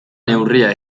neurria